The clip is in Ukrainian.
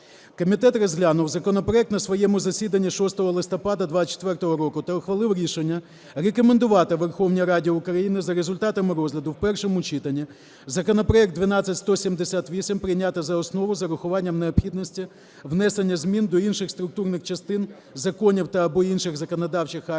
Комітет розглянув законопроект на своєму засіданні 6 листопада 2024 року та ухвалив рішення рекомендувати Верховній Раді України за результатами розгляду в першому читанні законопроект 12178 прийняти за основу з урахуванням необхідності внесення змін до інших структурних частин законів та/або інших законодавчих актів,